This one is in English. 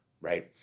right